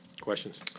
questions